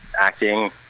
acting